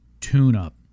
tune-up